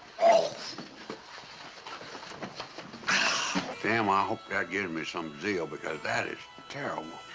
ah damn, i hope that gives me some zeal, because that is terrible.